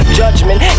judgment